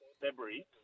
February